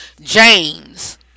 James